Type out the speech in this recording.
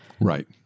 Right